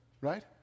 right